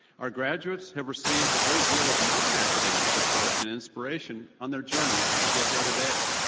our graduates have received a great deal of non-academic support and inspiration on their journey to get here today.